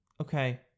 okay